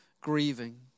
grieving